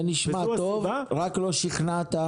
זה נשמע טוב, רק לא שכנעת.